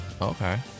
Okay